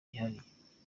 byihariye